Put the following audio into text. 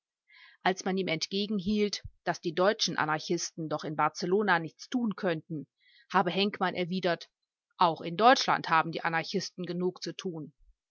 als man ihm entgegenhielt daß die deutschen anarchisten doch in barcelona nichts tun könnten habe henkmann erwidert auch in deutschland haben die anarchisten genug zu tun